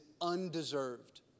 undeserved